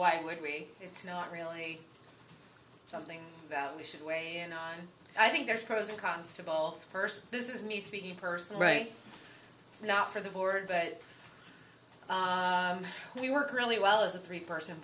why would we it's not really something that we should weigh in on i think there's pros and cons to both first this is me speaking person right now for the board but we work really well as a three person